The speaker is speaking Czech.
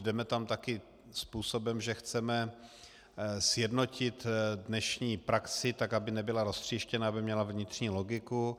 Jdeme tam také způsobem, že chceme sjednotit dnešní praxi, tak aby nebyla roztříštěna, aby měla vnitřní logiku.